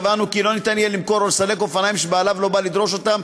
קבענו כי לא יהיה אפשר למכור או לסלק אופניים שבעליהם לא בא לדרוש אותם